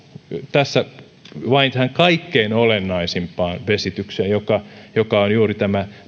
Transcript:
tässä vain tähän kaikkein olennaisimpaan vesitykseen joka joka on juuri tämä